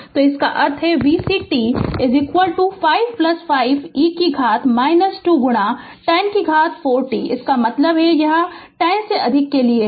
तो इसका अर्थ है vc t 5 5 e कि घात - 2 गुणा 10 कि घात 4 t इसका मतलब है कि यह 0 से अधिक के लिए है